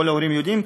כל ההורים יודעים,